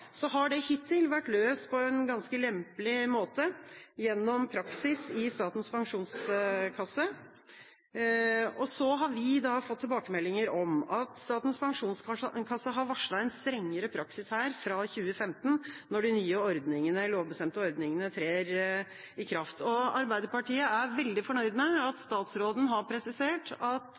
har det vært løst på en ganske lempelig måte gjennom praksis i Statens pensjonskasse. Så har vi fått tilbakemeldinger om at Statens pensjonskasse har varslet en strengere praksis fra 2015, når de nye lovbestemte ordningene trer i kraft. Arbeiderpartiet er veldig fornøyd med at statsråden har presisert at